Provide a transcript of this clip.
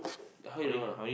how you know